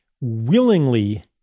willingly